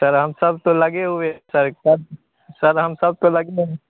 sir हम सब तो लगे हुए सर कब सर हम सब तो लगे हैं